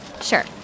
sure